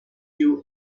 you